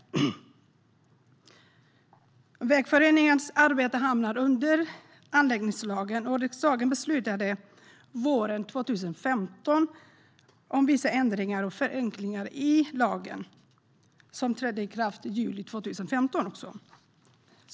Vägföreningarnas arbete hamnar under anläggningslagen, och riksdagen beslutade våren 2015 om vissa ändringar och förenklingar i lagen som trädde i kraft i juli 2015.